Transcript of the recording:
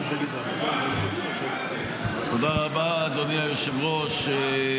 תודה רבה, אדוני היושב-ראש.